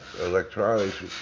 electronics